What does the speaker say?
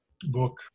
book